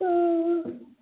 हँ